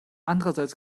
andererseits